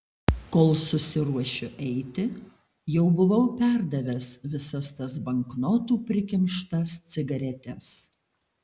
kol susiruošiu eiti jau buvau perdavęs visas tas banknotų prikimštas cigaretes